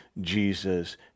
Jesus